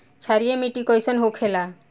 क्षारीय मिट्टी कइसन होखेला?